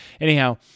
Anyhow